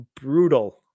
brutal